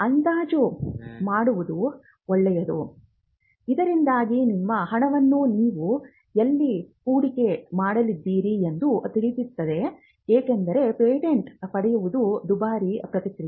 ಅಂದಾಜು ಮಾಡುವುದು ಒಳ್ಳೆಯದು ಇದರಿಂದಾಗಿ ನಿಮ್ಮ ಹಣವನ್ನು ನೀವು ಎಲ್ಲಿ ಹೂಡಿಕೆ ಮಾಡಲಿದ್ದೀರಿ ಎಂದು ತಿಳಿಯುತ್ತದೆ ಏಕೆಂದರೆ ಪೇಟೆಂಟ್ ಪಡೆಯುವುದು ದುಬಾರಿ ಪ್ರಕ್ರಿಯೆ